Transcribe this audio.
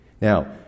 Now